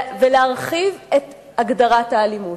ולהרחיב את הגדרת האלימות.